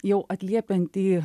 jau atliepiant į